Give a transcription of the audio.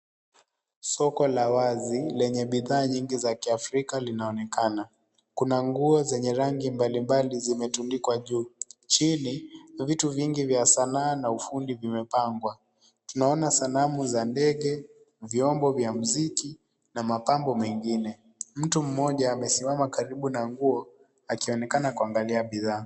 Soko la wazi lenye bidhaa nyingi za kiafrika linaonekana. Kuna nguo zenye rangi mbalimbali zimetundikwa juu. Chini, vitu vingi vya sanaa na ufundi vimepangwa . Tunaona sanamu za ndege, vyombo vya mziki , na mapambo mengine. Mtu mmoja amesimama karibu na nguo akionekana kuangalia bidhaa.